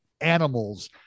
animals